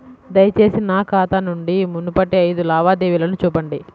దయచేసి నా ఖాతా నుండి మునుపటి ఐదు లావాదేవీలను చూపండి